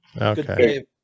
Okay